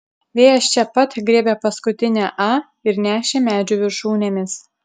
vėjas čia pat griebė paskutinę a ir nešė medžių viršūnėmis